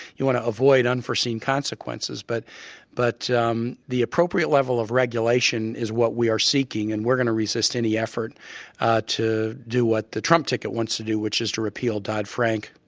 you want to avoid unforeseen consequences. but but um the appropriate level of regulation is what we are seeking, and we are going to resist any effort to do what the trump ticket wants to do, which is to repeal dodd-frank